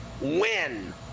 win